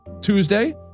tuesday